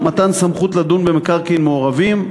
מתן סמכות לדון במקרקעין מעורבים,